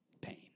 pain